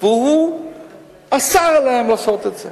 והוא אסר עליהם לעשות את זה.